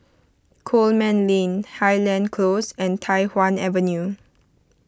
Coleman Lane Highland Close and Tai Hwan Avenue